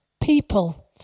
people